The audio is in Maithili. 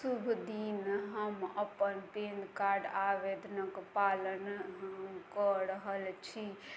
शुभ दिन हम अपन पैन कार्ड आवेदनके पालन कऽ रहल छी